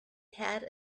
had